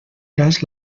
cas